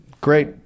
Great